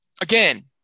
again